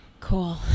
Cool